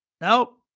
nope